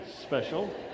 special